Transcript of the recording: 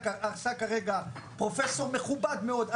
שעשה כרגע פרופ' מכובד מאוד,